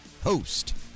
host